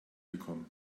bekommen